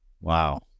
Wow